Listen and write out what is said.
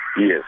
yes